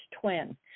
twin